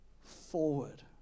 forward